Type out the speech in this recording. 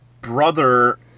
brother